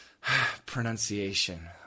pronunciation